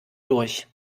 durch